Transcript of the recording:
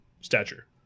stature